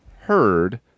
heard